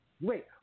wait